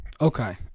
Okay